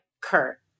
Kurt